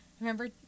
Remember